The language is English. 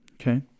Okay